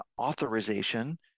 authorization